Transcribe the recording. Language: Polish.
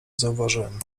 zauważyłem